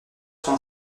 sont